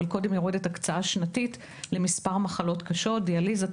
אבל קודם יורדת הקצאה שנתית למספר מחלות קשות: דיאליזה,